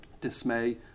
dismay